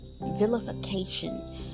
vilification